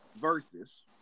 versus